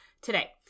today